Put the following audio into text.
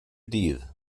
dydd